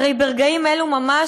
"הרי ברגעים אלו ממש,